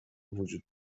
وجود